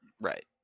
Right